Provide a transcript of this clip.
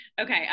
Okay